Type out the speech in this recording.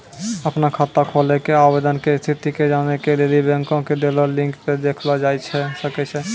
अपनो खाता खोलै के आवेदन के स्थिति के जानै के लेली बैंको के देलो लिंक पे देखलो जाय सकै छै